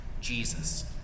Jesus